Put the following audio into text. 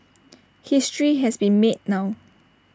history has been made now